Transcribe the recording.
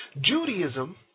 Judaism